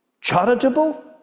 Charitable